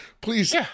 Please